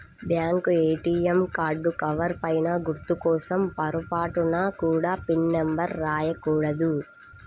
bank ATM card cover పైన గుర్తు కోసం పొరపాటున కూడా పిన్ నెంబర్ రాయకూడదు